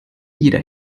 jeder